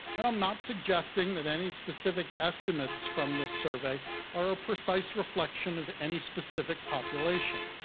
and i'm not suggesting that any specific estimates from this survey are a precise reflection of any specific population.